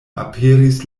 aperis